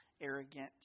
arrogant